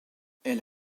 elle